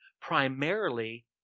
primarily